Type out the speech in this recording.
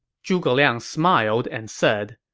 zhuge liang smiled and said,